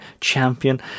Champion